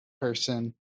person